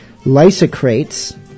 Lysocrates